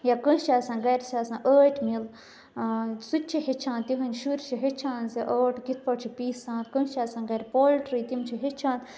یا کٲنٛسہِ چھِ آسان گَرِ چھِ آسان ٲٹۍ مِل سُہ تہِ چھِ ہیٚچھان تِہٕنٛدۍ شُرۍ چھِ ہیٚچھان زِ ٲٹۍ کِتھٕ پٲٹھۍ چھِ پیٖسان کٲنٛسہِ چھِ آسان گَرِ پولٹری تِم چھِ ہیٚچھان